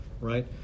right